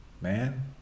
man